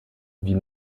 wie